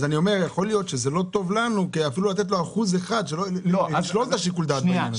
יכול להיות שלא טוב לנו אפילו לתת לו 1%. אולי צריך לשלול את שיקול הדעת במקרה הזה.